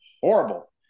horrible